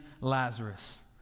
Lazarus